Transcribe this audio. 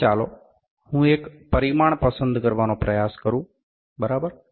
તેથી ચાલો હું એક પરિમાણ પસંદ કરવાનો પ્રયાસ કરું બરાબર